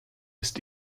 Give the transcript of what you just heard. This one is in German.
ist